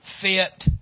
fit